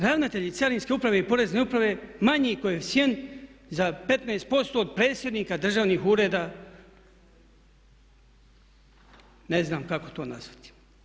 Ravnatelji Carinske uprave i Porezne uprave manji koeficijent za 15% od predsjednika državnih ureda ne znam kako to nazvati.